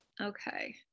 Okay